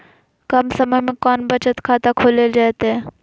कम समय में कौन बचत खाता खोले जयते?